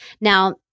Now